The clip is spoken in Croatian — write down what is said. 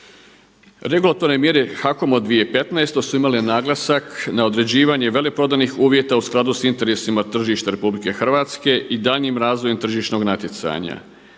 Regulatorne mjere HAKOM-a u 2015. su imale naglasak na određivanje veleprodajnih uvjeta u skladu s interesima tržišta RH i daljnjim razvojem tržišnog natjecanja.